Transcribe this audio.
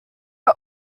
are